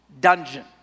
dungeon